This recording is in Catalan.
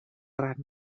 rang